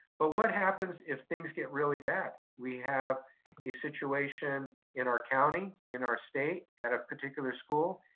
but what happens if things get really bad? we have a situation in our county, in our state, at a particular school,